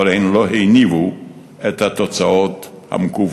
אבל הן לא הניבו את התוצאות המקוות.